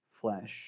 flesh